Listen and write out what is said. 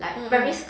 ya